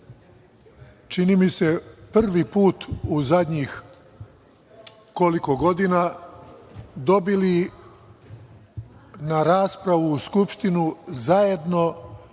čini mi se prvi put u zadnjih koliko godina dobili na raspravu u Skupštinu zajedno